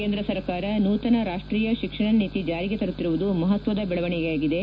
ಕೇಂದ್ರ ಸರ್ಕಾರ ನೂತನ ರಾಷ್ಷೀಯ ಶಿಕ್ಷಣ ನೀತಿ ಜಾರಿಗೆ ತರುತ್ತಿರುವುದು ಮಹತ್ತದ ಬೆಳವಣಿಗೆಯಾಗಿದೆ